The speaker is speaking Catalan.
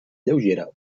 lleugera